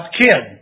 kid